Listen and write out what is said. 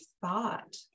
thought